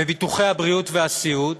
בביטוחי הבריאות והסיעוד,